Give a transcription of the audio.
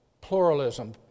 pluralism